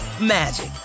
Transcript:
magic